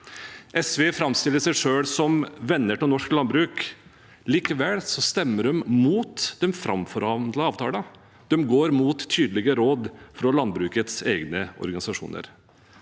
SV framstiller seg selv som venner av norsk landbruk. Likevel stemmer de mot den framforhandlede avtalen. De går mot tydelige råd fra landbrukets egne organisasjoner.